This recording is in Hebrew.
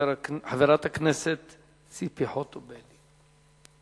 חברת הכנסת ציפי חוטובלי.